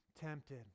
tempted